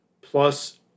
plus